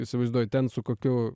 įsivaizduoju ten su kokiu